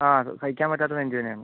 ആ സഹിക്കാൻ പറ്റാത്ത നെഞ്ചുവേദനയാണ്